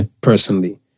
personally